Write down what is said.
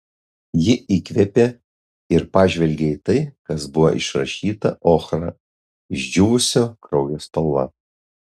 ji įkvėpė ir pažvelgė į tai kas buvo išrašyta ochra išdžiūvusio kraujo spalva